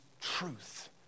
truth